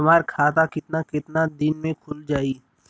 हमर खाता कितना केतना दिन में खुल जाई?